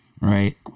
Right